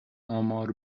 آمار